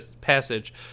Passage